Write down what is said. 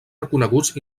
reconeguts